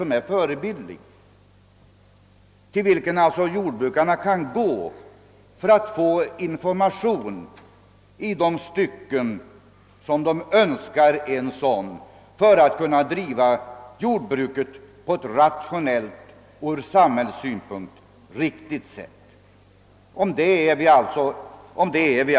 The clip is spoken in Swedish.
Till denna institution skall jordbrukarna kunna vända sig när de önskar information om hur de skall driva sina jordbruk på ett rationellt och ur samhällets synpunkt riktigt sätt. Detta är vi alltså helt överens om.